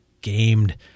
gamed